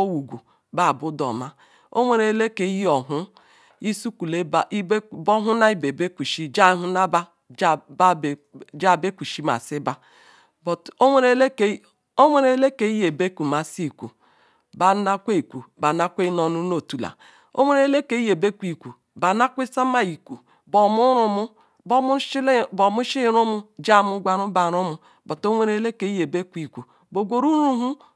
obekule owee aleke nye-ebekamasi iku bah nakwesuma iku omuru-umu beh mushi muru bah ngwarula bah rumu.